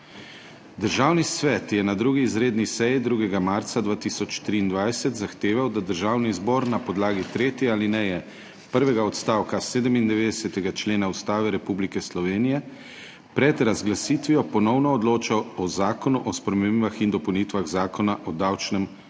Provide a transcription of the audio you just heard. Državni svet je na 2. izredni seji 2. marca 2023 zahteval, da Državni zbor na podlagi tretje alineje prvega odstavka 97. člena Ustave Republike Slovenije pred razglasitvijo ponovno odloča o Zakonu o spremembah in dopolnitvah Zakona o davčnem potrjevanju